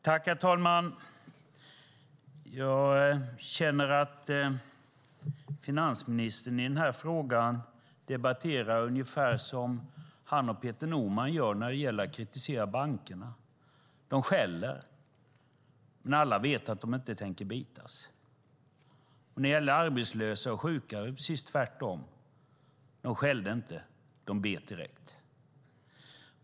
Herr talman! Jag känner att finansministern i den här frågan debatterar ungefär som han och Peter Norman gör när det gäller att kritisera bankerna. De skäller, men alla vet att de inte tänker bitas. När det gäller arbetslösa och sjuka är det precis tvärtom: De skällde inte utan bet direkt.